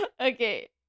Okay